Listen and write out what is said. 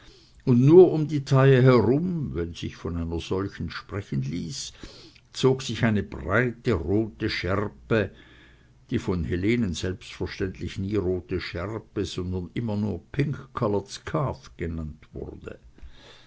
und nur um die taille herum wenn sich von einer solchen sprechen ließ zog sich eine breite rote schärpe die von helenen selbstverständlich nie rote schärpe sondern immer nur pinkcoloured scarf genannt wurde